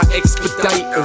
expedite